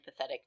empathetic